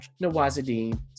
Nawazuddin